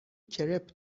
کرپ